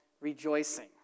rejoicing